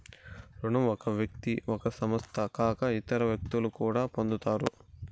రుణం ఒక వ్యక్తి ఒక సంస్థ కాక ఇతర వ్యక్తులు కూడా పొందుతారు